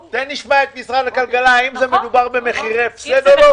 תכף נשמע את משרד הכלכלה, אם זה מחירי הפסד או לא.